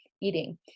eating